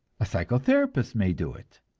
a psychotherapist may do it,